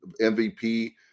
MVP